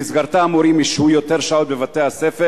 במסגרת הרפורמה המורים ישהו יותר שעות בבית-הספר,